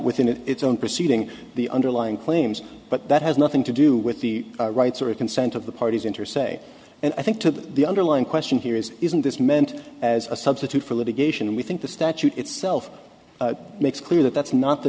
within its own proceeding the underlying claims but that has nothing to do with the right sort of consent of the parties interest say and i think to the underlying question here is isn't this meant as a substitute for litigation and we think the statute itself makes clear that that's not the